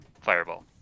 fireball